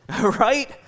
Right